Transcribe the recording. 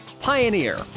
Pioneer